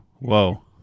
whoa